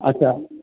अच्छा